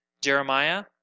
Jeremiah